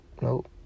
nope